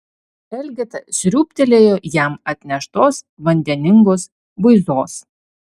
elgeta sriūbtelėjo jam atneštos vandeningos buizos